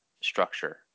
structure